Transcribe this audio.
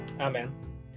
Amen